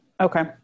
Okay